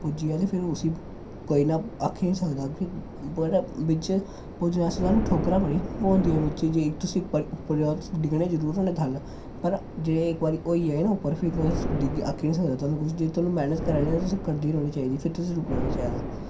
पुज्जी गेआ ते फिर उसी कोई इ'यां आक्खी नी सकदा कि बड़ा बिच्च पुज्जने आस्तै सानू ठोकरां बड़ियां पौंदियां बिच्च जे तुस इक बारी उप्पर जाओ तुस डिग्गने जरूर होन्ने खल्ल पर जे इक बार होई जाए न उप्पर फिर तुस डिग्गी आक्खी नी सकदा तोआनू जे तोआनू मैह्नत करा दे ओ ते तुसें करदे रौह्नी चाहिदी फिर तुसें रुकना नी चाहिदा